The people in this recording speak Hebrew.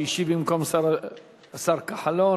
שהשיב במקום השר כחלון,